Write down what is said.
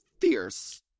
fierce